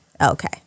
Okay